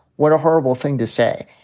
what a horrible thing to say.